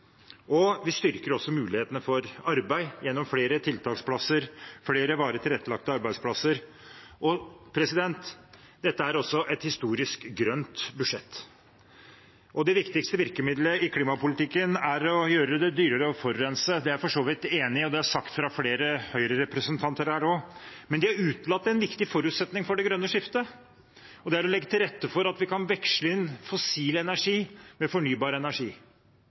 Vi styrker også mulighetene for arbeid, gjennom flere tiltaksplasser, flere varig tilrettelagte arbeidsplasser. Dette er også et historisk grønt budsjett. Det viktigste virkemiddelet i klimapolitikken er å gjøre det dyrere å forurense, og det er jeg for så vidt enig i. Det er også sagt fra flere Høyre-representanter her, men de har utelatt en viktig forutsetning for det grønne skiftet, og det er å legge til rette for at vi kan veksle inn fossil energi med fornybar energi.